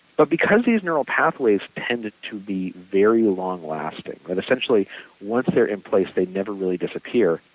but because these neuro pathways tended to be very long lasting and essentially once they're in place they never really disappear.